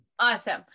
Awesome